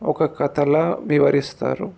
ఒక కథలా వివరిస్తారు